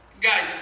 Guys